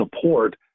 support